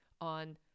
on